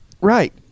right